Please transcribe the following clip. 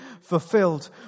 fulfilled